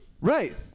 Right